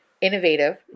innovative